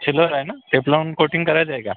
silver आहे ना Teflon coating करायचं आहे का